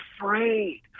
afraid